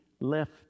left